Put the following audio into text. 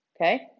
Okay